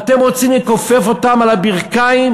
אתם רוצים לכופף אותם על הברכיים?